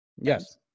Yes